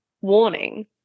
warning